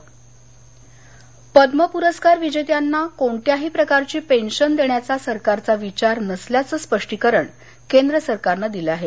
पद्मपरस्कार पद्म पूरस्कार विजेत्यांना कोणत्याही प्रकारची पेन्शन देण्याचा सरकारचा विचार नसल्याचं स्पष्टीकरण केंद्र सरकारनं दिलं आहे